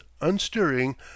unstirring